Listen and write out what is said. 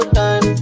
time